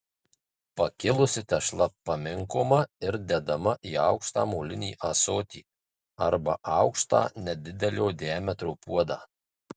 pakilusi tešla paminkoma ir dedama į aukštą molinį ąsotį arba aukštą nedidelio diametro puodą